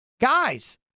Guys